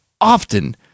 often